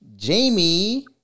Jamie